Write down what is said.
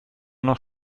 noch